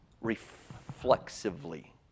reflexively